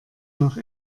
nach